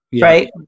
right